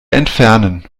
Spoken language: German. entfernen